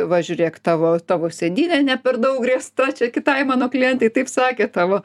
va žiūrėk tavo tavo sėdynė ne per daug riesta čia kitai mano klientei taip sakė tavo